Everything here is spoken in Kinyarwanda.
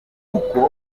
kuko